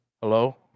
hello